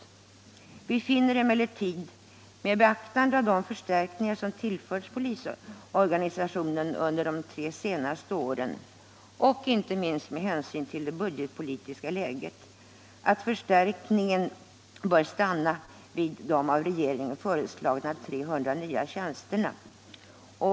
Utskottet finner emellertid med beaktande av de förstärkningar som tillförts polisorganisationen under de senaste tre åren och med hänsyn till det budgetpolitiska läget att förstärkningen, såvitt avser antalet polismanstjänster, bör stanna vid de av regeringen föreslagna 300 nya tjänsterna.